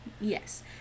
Yes